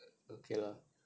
okay lah